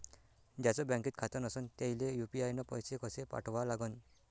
ज्याचं बँकेत खातं नसणं त्याईले यू.पी.आय न पैसे कसे पाठवा लागन?